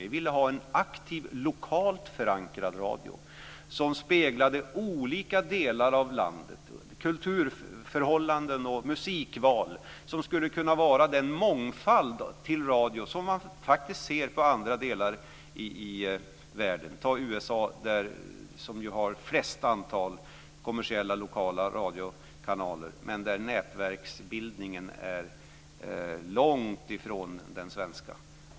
Vi ville ha en aktiv, lokalt förankrad radio som speglade olika delar av landet - kulturförhållanden, musikval - och som skulle kunna vara den mångfald till radio som man faktiskt ser i andra delar av världen. Ta USA, som ju har störst antal kommersiella lokala radiokanaler men där nätverksbildningen är långt ifrån den svenska.